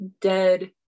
dead